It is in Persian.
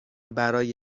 برای